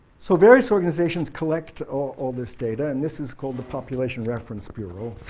so various organizations collect all this data and this is called the population reference bureau,